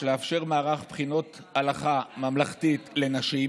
לאפשר מערך בחינות הלכה ממלכתי לנשים,